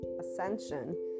ascension